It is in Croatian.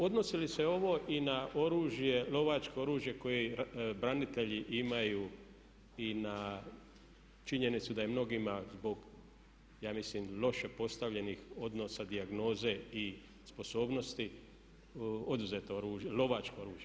Odnosi li se ovo i na oružje, lovačko oružje koje branitelji imaju i na činjenicu da je mnogima zbog ja mislim loše postavljenih odnosa dijagnoze i sposobnosti oduzeto oružje, lovačko oružje.